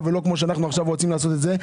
ולא כמו שאנחנו עכשיו רוצים לעשות את זה,